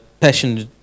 passion